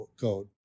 code